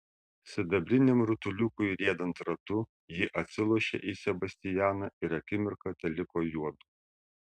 sidabriniam rutuliukui riedant ratu ji atsilošė į sebastianą ir akimirką teliko juodu